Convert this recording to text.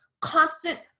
constant